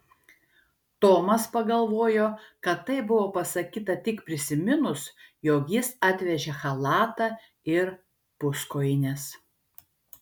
tomas pagalvojo kad taip buvo pasakyta tik prisiminus jog jis atvežė chalatą ir puskojines